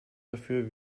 dafür